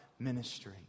Ministry